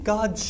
God